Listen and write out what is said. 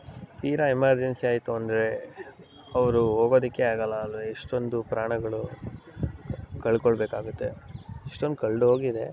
ತೀರಾ ಎಮರ್ಜೆನ್ಸಿ ಆಯಿತಂದ್ರೆ ಅವರು ಹೋಗೋದಕ್ಕೆ ಆಗಲ್ಲ ಅಲ್ವ ಎಷ್ಟೊಂದು ಪ್ರಾಣಗಳು ಕಳ್ಕೊಳ್ಳಬೇಕಾಗುತ್ತೆ ಎಷ್ಟೊಂದು ಕಳೆದೋಗಿದೆ